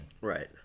Right